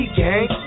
gang